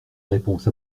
réponse